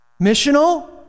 missional